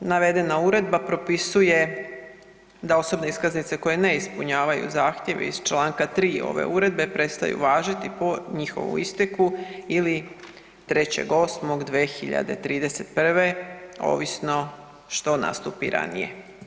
Navedena uredba propisuje da osobne iskaznice koje ne ispunjavaju zahtjeve iz čl. 3. ove uredbe prestaju važiti po njihovim isteku ili 3.8.2031. ovisno što nastupi ranije.